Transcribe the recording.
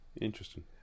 Interesting